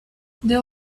there